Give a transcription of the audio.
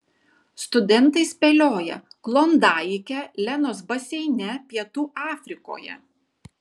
studentai spėlioja klondaike lenos baseine pietų afrikoje